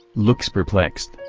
looks perplexed,